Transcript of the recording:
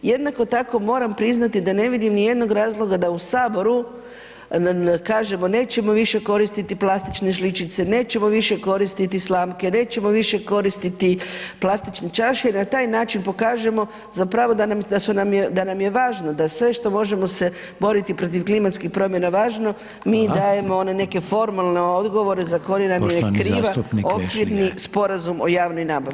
Jednako tako moram priznati da ne vidim ni jednog razloga da u saboru kažemo nećemo više koristiti plastične žličice, nećemo više koristiti slamke, nećemo više koristiti plastične čaše i na taj način pokažemo zapravo da nam je važno, da sve što možemo se boriti protiv klimatskih promjena važno, mi dajemo one neke formalne odgovore za koje nam je kriva okvirni sporazum o javnoj nabavi.